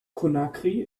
conakry